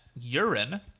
urine